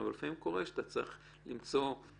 אז אתה רואה את